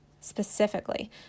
Specifically